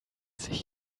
sich